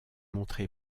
montré